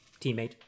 Teammate